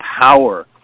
power